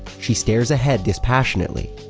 she stares ahead dispassionately,